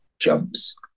jumps